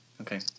Okay